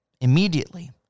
Immediately